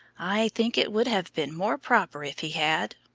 i think it would have been more proper if he had,